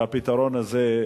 והפתרון הזה,